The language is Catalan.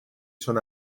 son